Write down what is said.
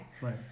Right